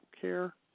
care